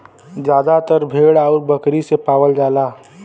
जादातर भेड़ आउर बकरी से पावल जाला